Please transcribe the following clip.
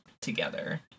together